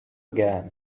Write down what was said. again